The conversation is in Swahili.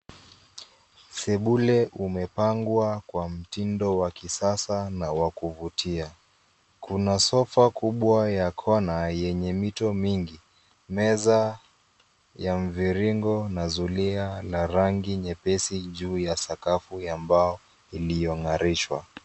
Sebule imepangwa kwa mtindo wa kisasa na wa kuvutia. Kuna sofa kubwa ya kona yenye mito mingi, meza ya mviringo na zulia la rangi nyepesi juu ya sakafu ya mbao iliyong'arishwa.